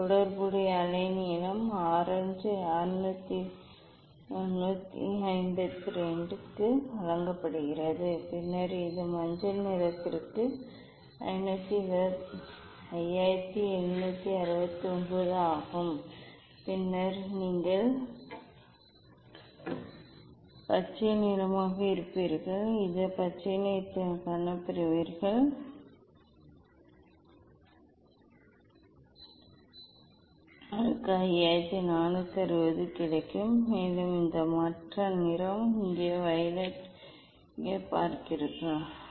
தொடர்புடைய அலை நீளம் ஆரஞ்சு 6152 க்கு வழங்கப்படுகிறது பின்னர் இது மஞ்சள் நிறத்திற்கு 5769 ஆகும் பின்னர் நீங்கள் பச்சை நிறமாக இருப்பீர்கள் இந்த பச்சை நிறத்தை நீங்கள் பெறுவீர்கள் இந்த பச்சை உங்களுக்கு 5460 கிடைக்கும் மேலும் இந்த மற்ற நிறம் இங்கே வயலட் இங்கே நீங்கள் பார்க்கிறீர்கள் ஆனால் அது தான் இங்கே நாம் பார்க்க முடியாத அளவுக்கு தீவிரமாக இல்லை